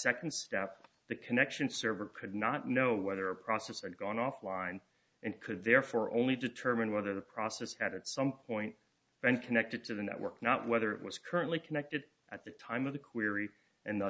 that second step the connection server could not know whether a processor gone offline and could therefore only determine whether the process had at some point been connected to the network not whether it was currently connected at the time of the query and th